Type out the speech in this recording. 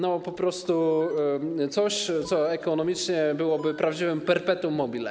To jest coś, co ekonomicznie byłoby prawdziwym perpetuum mobile.